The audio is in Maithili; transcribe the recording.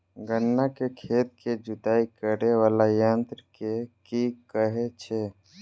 गन्ना केँ खेत केँ जुताई करै वला यंत्र केँ की कहय छै?